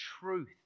truth